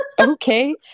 okay